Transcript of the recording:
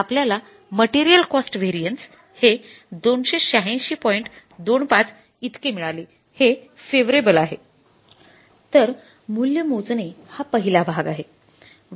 तर मूल्य मोजणे हा पहिला भाग आहे